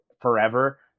forever